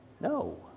No